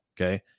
Okay